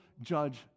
judge